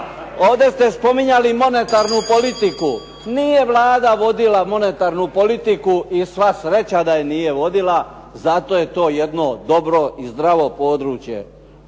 ovdje ste spominjali monetarnu politiku. Nije Vlada vodila monetarnu politiku i sva sreća da je nije vodila, zato je to jedno dobro i zdravo područje.